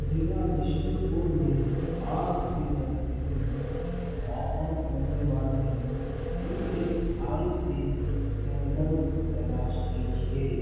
ضلع بشنوپور میں آنکھ کی سروسز آفر کرنے والے E S I C centres تلاش کیجیے